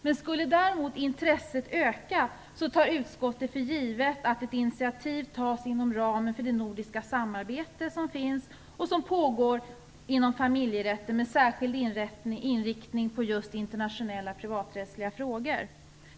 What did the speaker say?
Men om intresset skulle öka tar utskottet för givet att ett initiativ tas inom ramen för det nordiska samarbete som pågår inom familjerätten med särskild inriktning på just internationella privaträttsliga frågor.